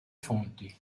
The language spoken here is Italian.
fonti